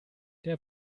der